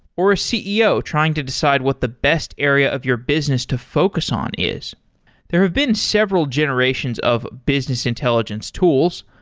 or a ceo trying to decide what the best area of your business to focus on is there have been several generations of business intelligence tools.